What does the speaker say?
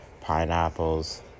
pineapples